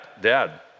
dad